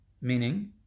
meaning